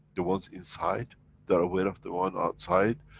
the ones inside they're aware of the one outside,